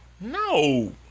No